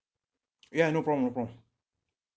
ya no problem no problem